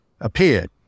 appeared